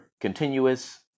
continuous